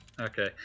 Okay